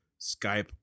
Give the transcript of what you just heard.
Skype